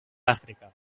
àfrica